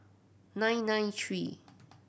nine nine three